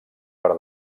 per